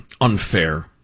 unfair